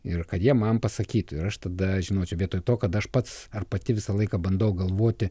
ir kad jie man pasakytų ir aš tada žinosiu vietoj to kad aš pats ar pati visą laiką bandau galvoti